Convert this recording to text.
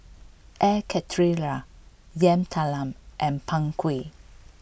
Air Karthira Yam Talam and Png Kueh